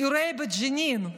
האירועים בג'נין,